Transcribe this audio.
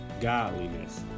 godliness